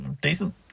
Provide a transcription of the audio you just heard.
decent